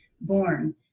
born